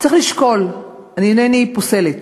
צריך לשקול, אני אינני פוסלת.